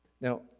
Now